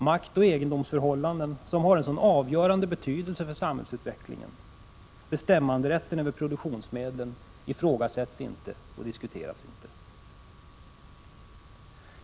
Maktoch egendomsförhållanden, som har en så avgörande betydelse för samhällsutvecklingen, och bestämmanderätten över produktionsmedlen ifrågasätts inte och diskuteras inte.